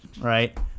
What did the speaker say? right